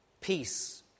peace